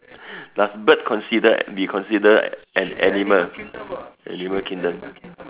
does bird consider be consider an animal animal kingdom